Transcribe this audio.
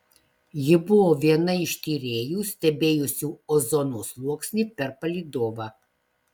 ji buvo viena iš tyrėjų stebėjusių ozono sluoksnį per palydovą